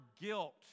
guilt